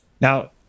Now